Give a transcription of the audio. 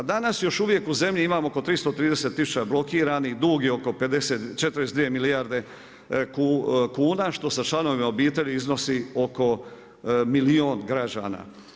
Danas još uvijek u zemlji imamo oko 330000 blokiranih, dug je oko 42 milijarde kn, što sa članovima obitelji iznosi oko milijun građana.